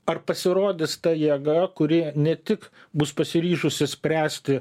ar pasirodys ta jėga kuri ne tik bus pasiryžusi spręsti